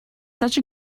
such